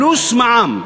פלוס מע"מ.